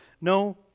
No